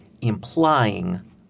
implying